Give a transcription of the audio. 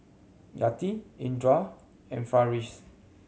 Yati Indra and Farish